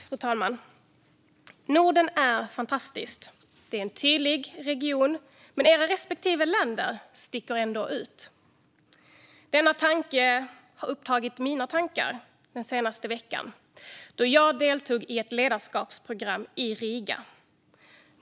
Fru talman! "Norden är fantastiskt. Det är en tydlig region, men era respektive länder sticker ändå ut." Denna tanke har upptagit mina tankar under den senaste veckan, då jag deltagit i ett ledarskapsprogram i Riga.